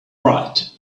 right